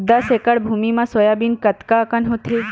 दस एकड़ भुमि म सोयाबीन कतका कन होथे?